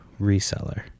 reseller